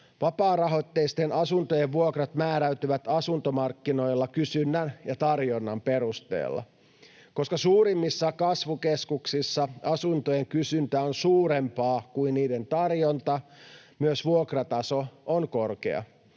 Vapaarahoitteisten asuntojen vuokrat määräytyvät asuntomarkkinoilla kysynnän ja tarjonnan perusteella. Koska suurimmissa kasvukeskuksissa asuntojen kysyntä on suurempaa kuin niiden tarjonta, myös vuokrataso on korkea.